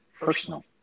personal